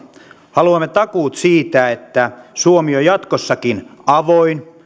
haluamme takuut siitä että suomi on jatkossakin avoin